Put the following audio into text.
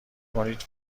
کنید